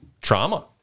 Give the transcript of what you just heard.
trauma